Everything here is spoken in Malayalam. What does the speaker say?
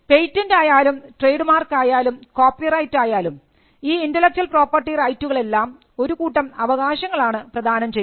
പേറ്റന്റായാലും ട്രേഡ് മാർക്കായാലും കോപ്പി റൈറ്റായാലും ഈ ഇന്റെലക്ച്വൽ പ്രോപ്പർട്ടി റൈറ്റുകളെല്ലാം ഒരു കൂട്ടം അവകാശങ്ങളാണ് പ്രദാനം ചെയ്യുന്നത്